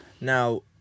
Now